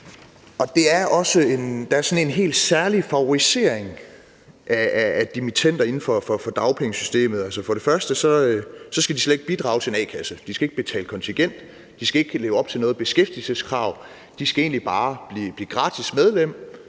Der er sådan en helt særlig favorisering af dimittender inden for dagpengesystemet. For det første skal de slet ikke bidrage til en a-kasse. De skal ikke betale kontingent, og de skal ikke leve op til noget beskæftigelseskrav; de skal egentlig bare blive gratis medlem